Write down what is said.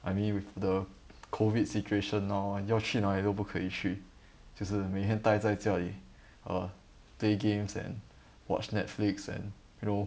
I mean with the COVID situation now 要去哪里都不可以去就是每天待在家里 err play games and watch netflix and you know